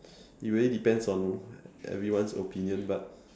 it really depends on everyone's opinion but